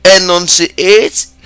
enunciate